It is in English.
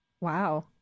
Wow